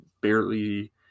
barely